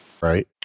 Right